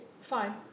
fine